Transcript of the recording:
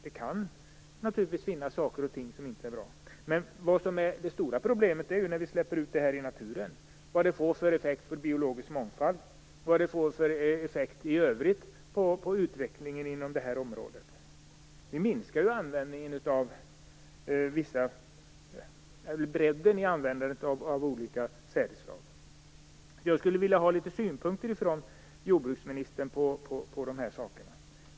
Det kan naturligtvis finnas saker och ting som inte är bra. Det stora problemet uppstår ju när vi släpper ut det här i naturen. Vad får det för effekt på den biologiska mångfalden? Vad får det för effekt i övrigt på utvecklingen inom det här området? Vi minskar ju bredden i användandet av olika sädesslag. Jag skulle vilja ha litet synpunkter från jordbruksministern på de här sakerna.